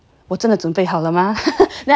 你做准备好了吗